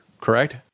correct